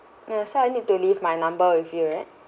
ah so I need to leave my number with you right